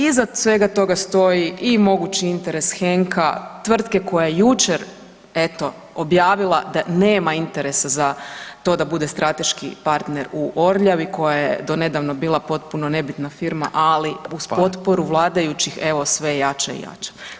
Iza svega toga stoji i mogući interes Henka, tvrtke koja je jučer objavila da nema interesa za to da bude strateški partner u Orljavi koja je do nedavno bila potpuno nebitna firma, ali uz potporu vladajući [[Upadica: Hvala.]] evo sve je jača i jača.